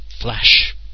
flash